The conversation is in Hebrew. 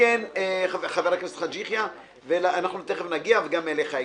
הכנסת חאג' יחיא ונגיע גם אליך,